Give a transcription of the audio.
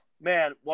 Man